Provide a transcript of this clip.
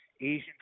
Asian